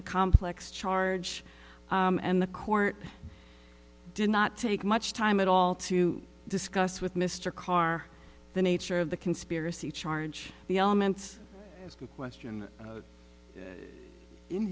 a complex charge and the court did not take much time at all to discuss with mr karr the nature of the conspiracy charge the elements to question